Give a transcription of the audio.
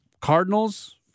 Cardinals